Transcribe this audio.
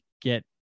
get